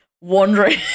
wandering